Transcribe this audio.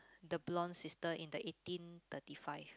the Blond Sister in the eighteen thirty five